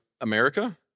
America